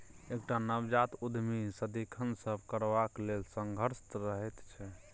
एकटा नवजात उद्यमी सदिखन नब करबाक लेल संघर्षरत रहैत छै